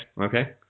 okay